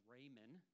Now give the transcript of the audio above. Raymond